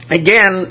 again